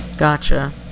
Gotcha